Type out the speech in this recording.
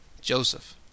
JOSEPH